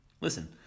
Listen